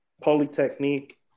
Polytechnique